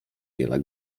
wiele